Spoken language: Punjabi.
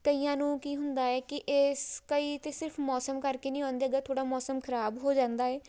ਕਈਆਂ ਨੂੰ ਕੀ ਹੁੰਦਾ ਹੈ ਕਿ ਇਸ ਕਈ ਤਾਂ ਸਿਰਫ਼ ਮੌਸਮ ਕਰਕੇ ਨਹੀਂ ਆਉਂਦੇ ਅਗਰ ਥੋੜ੍ਹਾ ਮੌਸਮ ਖ਼ਰਾਬ ਹੋ ਜਾਂਦਾ ਹੈ